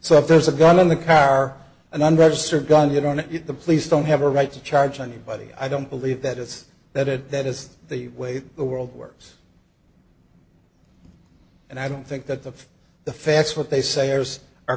so if there's a gun in the car and then register gun you don't get the police don't have a right to charge anybody i don't believe that it's that that is the way the world works and i don't think that the the facts what they say